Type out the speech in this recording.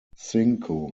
cinco